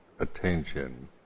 attention